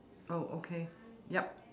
oh okay yup